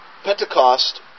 Pentecost